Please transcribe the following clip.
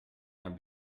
naar